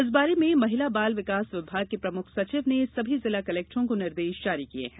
इस बारे में महिला बाल विकास विभाग के प्रमुख सचिव ने सभी जिला कलेक्टरों को निर्देश जारी किये हैं